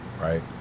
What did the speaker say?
right